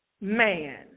man